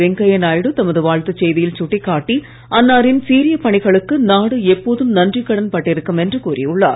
வெங்கய்யா நாயுடு தமது வாழ்த்துச் செய்தியில் சுட்டிக் காட்டி அன்னாரின் சீரிய பணிகளுக்கு நாடு எப்போதும் நன்றிக் கடன் பட்டிருக்கும் என்று கூறியுள்ளார்